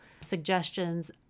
suggestions